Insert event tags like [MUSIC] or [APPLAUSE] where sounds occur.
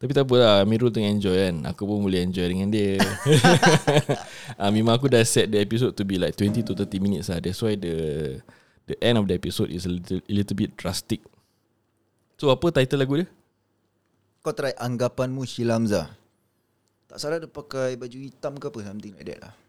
Tapi tak apa lah, Amirul tengah enjoy kan. Aku pun boleh enjoy dengan dia. [LAUGHS] Ah, memang aku dah set the episode to be like 20 Hmm. to 30 minutes lah. That's why the- the end of the episode is a little- a little bit drastic. So, apa title lagu dia? Kau try Anggapanmu, Shila Amzah. Tak salah dia pakai baju hitam ke apa, something like that lah.